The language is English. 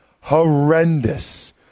horrendous